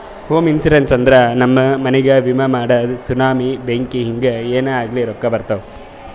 ಹೋಮ ಇನ್ಸೂರೆನ್ಸ್ ಅಂದುರ್ ನಮ್ದು ಮನಿಗ್ಗ ವಿಮೆ ಮಾಡದು ಸುನಾಮಿ, ಬೆಂಕಿ ಹಿಂಗೆ ಏನೇ ಆಗ್ಲಿ ರೊಕ್ಕಾ ಬರ್ತಾವ್